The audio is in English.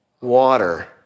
water